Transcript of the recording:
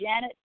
Janet